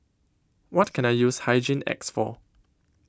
What Can I use Hygin X For